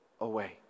away